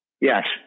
yes